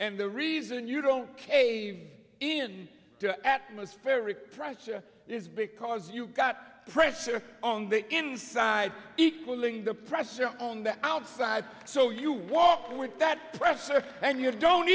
and the reason you don't cave in atmospheric pressure is because you've got pressure on the inside equaling the pressure on the outside so you walk in with that pressure and you don't